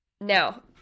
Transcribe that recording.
now